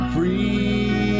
Free